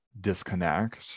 disconnect